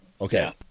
Okay